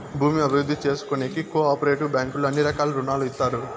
భూమి అభివృద్ధి చేసుకోనీకి కో ఆపరేటివ్ బ్యాంకుల్లో అన్ని రకాల రుణాలు ఇత్తారు